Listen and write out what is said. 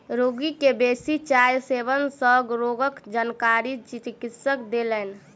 रोगी के बेसी चाय सेवन सँ रोगक जानकारी चिकित्सक देलैन